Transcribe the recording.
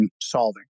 solving